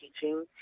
teaching